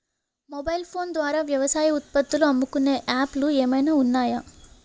Mobile phone ద్వారా వ్యవసాయ ఉత్పత్తులు అమ్ముకునే యాప్ లు ఏమైనా ఉన్నాయా?